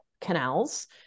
canals